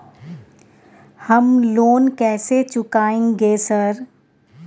हम लोन कैसे चुकाएंगे सर?